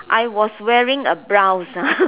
I was wearing a blouse ah